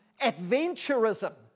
adventurism